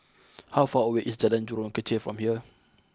how far away is Jalan Jurong Kechil from here